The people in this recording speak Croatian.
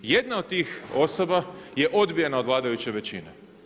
Jedna od tih osoba je odbijena od vladajuće većine.